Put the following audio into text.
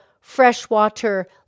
freshwater